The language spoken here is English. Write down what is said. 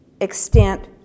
extent